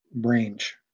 range